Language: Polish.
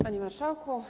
Panie Marszałku!